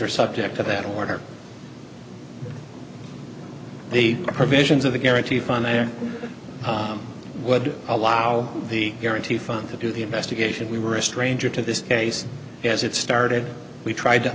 are subject to that order the provisions of the guarantee fund there would allow the guarantee fund to do the investigation we were a stranger to this case as it started we tried to